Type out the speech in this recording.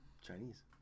Chinese